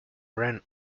ran